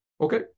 Okay